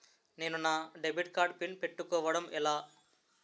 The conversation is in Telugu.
నేను నా డెబిట్ కార్డ్ పిన్ పెట్టుకోవడం ఎలా?